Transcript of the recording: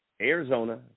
Arizona